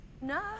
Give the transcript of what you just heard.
No